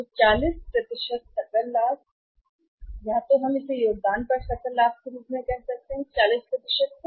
तो 40 सकल लाभ या तो है हम इसे योगदान पर सकल लाभ के रूप में कहते हैं यह 40 है